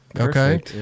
Okay